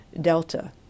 Delta